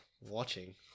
watching